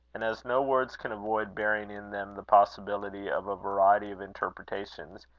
and as no words can avoid bearing in them the possibility of a variety of interpretations,